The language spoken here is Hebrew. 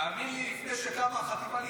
תאמין לי, לפני שקמה החטיבה להתיישבות,